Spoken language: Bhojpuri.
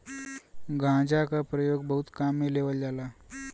गांजा क परयोग बहुत काम में लेवल जाला